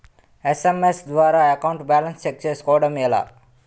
SMS ద్వారా account balance check చేసుకోవటం ఎలా?